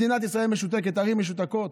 מדינת ישראל משותקת, ערים משותקות.